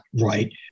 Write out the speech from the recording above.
right